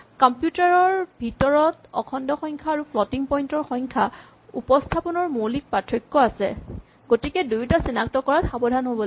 computer ৰ ভিতৰত অখণ্ড সংখ্যা আৰু ফ্লটিং পইন্ট সংখ্যা উপস্হাপনৰ মৌলিক পাৰ্থক্য আছে গতিকে দুয়োটা চিনাক্ত কৰাত সাৱধান হ'ব লাগে